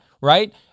right